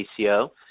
ACO